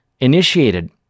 Initiated